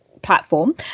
platform